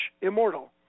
immortal